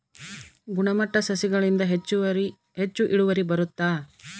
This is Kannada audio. ಗುಣಮಟ್ಟ ಸಸಿಗಳಿಂದ ಹೆಚ್ಚು ಇಳುವರಿ ಬರುತ್ತಾ?